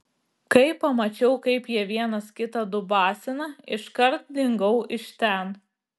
kai pamačiau kaip jie vienas kitą dubasina iškart dingau iš ten